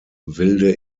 wilde